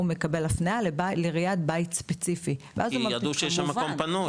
הוא מקבל הפנייה לבית ספציפי ואז הוא- כי ידעו שיש שם מקום פנוי.